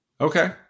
Okay